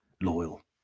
loyal